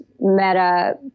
meta